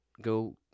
go